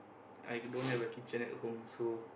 i don't have a kitchen at home so